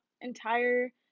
entire